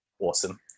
awesome